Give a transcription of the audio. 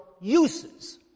uses